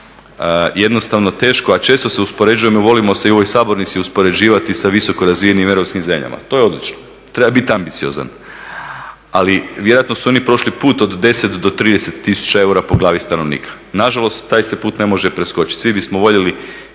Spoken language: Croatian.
jednostavno teško a često se uspoređujemo i volimo se i u ovoj sabornici uspoređivati sa visoko razvijenim europskim zemljama. to je odlično, treba biti ambiciozan ali vjerojatno su oni prošli put od 10 do 30 tisuća eura po glavi stanovnika. Nažalost taj se put ne može preskočiti. Svi bismo voljeli